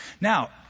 Now